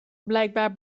blijkbaar